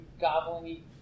gobbling